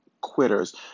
quitters